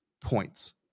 points